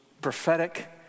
prophetic